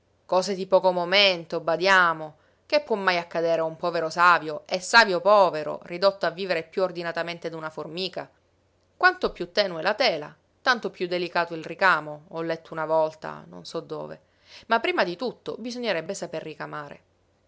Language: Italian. cose di poco momento badiamo che può mai accadere a un povero savio e savio povero ridotto a vivere piú ordinatamente d'una formica quanto piú tenue la tela tanto piú delicato il ricamo ho letto una volta non so dove ma prima di tutto bisognerebbe saper ricamare